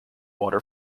water